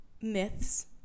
myths